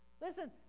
Listen